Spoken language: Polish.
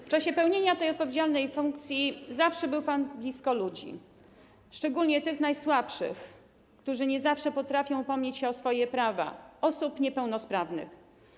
W czasie pełnienia tej odpowiedzialnej funkcji zawsze był pan blisko ludzi, szczególnie tych najsłabszych, którzy nie zawsze potrafią upomnieć się o swoje prawa - osób niepełnosprawnych.